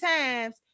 times